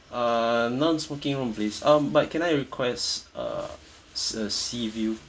uh non-smoking room please uh but can I request uh a sea view